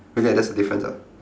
okay that's the difference ah